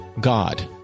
god